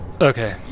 Okay